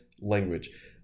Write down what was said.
language